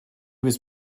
was